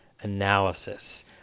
analysis